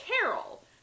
Carol